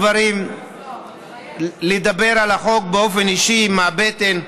לדבר על החוק באופן אישי, מהבטן.